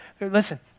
Listen